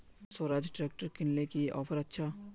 Swaraj tractor किनले की offer अच्छा?